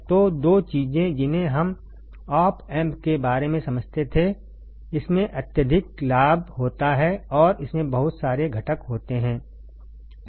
तो दो चीजें जिन्हें हम ऑप एम्प के बारे में समझते थे इसमें अत्यधिक लाभ होता है और इसमें बहुत सारे घटक होते हैं